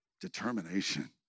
determination